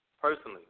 Personally